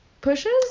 pushes